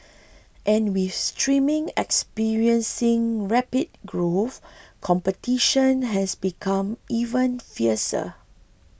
and with streaming experiencing rapid growth competition has become even fiercer